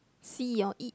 see or eat